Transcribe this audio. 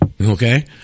Okay